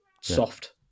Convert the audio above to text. soft